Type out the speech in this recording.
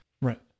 Right